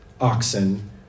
oxen